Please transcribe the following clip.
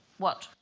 what?